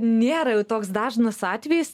nėra jau toks dažnas atvejis